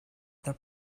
their